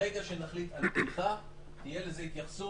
ברגע שנחליט על פתיחה, תהיה לזה התייחסות.